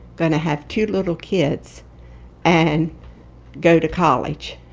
going to have two little kids and go to college?